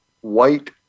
white